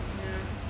ya